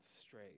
straight